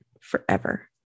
forever